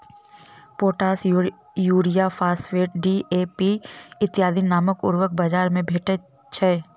potash, urea, phosphate, DAP इत्यादि नामक उर्वरक बाजार मे भेटैत छै